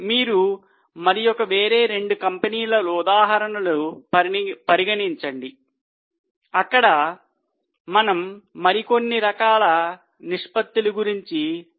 మీరు మరియొక వేరే 2 కంపెనీల ఉదాహరణలు పరిగణించండి అక్కడ మనము మరికొన్ని రకాల నిష్పత్తుల గురించి లెక్కకట్టవచ్చు